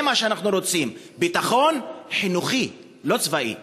זה מה שאנחנו רוצים, ביטחון חינוכי, לא צבאי.